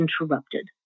interrupted